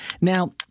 Now